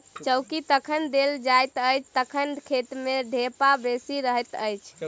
चौकी तखन देल जाइत अछि जखन खेत मे ढेपा बेसी रहैत छै